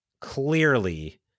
clearly